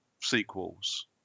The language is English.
sequels